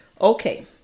Okay